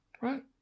right